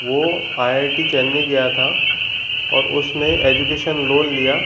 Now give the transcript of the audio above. वो IIT Chennai गया था और उसने एजुकेशन लोन लिया